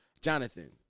Jonathan